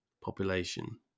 population